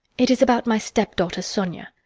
it is about my step-daughter, sonia.